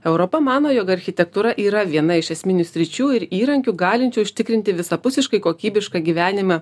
europa mano jog architektūra yra viena iš esminių sričių ir įrankių galinčių užtikrinti visapusiškai kokybišką gyvenimą